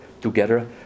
together